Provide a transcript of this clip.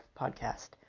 podcast